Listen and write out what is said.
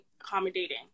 accommodating